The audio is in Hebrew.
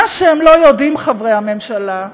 מה שהם לא יודעים, חברי הממשלה,